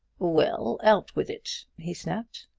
well, out with it! he snapped.